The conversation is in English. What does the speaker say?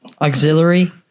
auxiliary